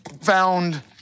found